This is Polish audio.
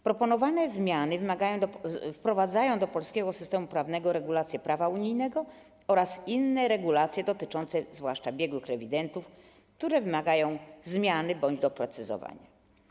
Proponowane zmiany wprowadzają do polskiego systemu prawnego regulacje prawa unijnego oraz inne regulacje, dotyczące zwłaszcza biegłych rewidentów, które wymagają zmiany bądź doprecyzowania.